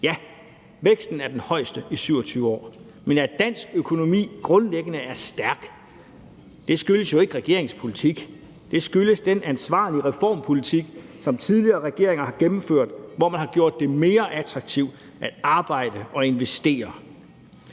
Ja, væksten er den højeste i 27 år, men at dansk økonomi grundlæggende er stærk, skyldes jo ikke regeringens politik – det skyldes den ansvarlige reformpolitik, som tidligere regeringer har gennemført, hvor man har gjort det mere attraktivt at arbejde og investere.